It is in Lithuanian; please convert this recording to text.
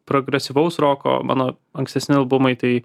progresyvaus roko mano ankstesni albumai tai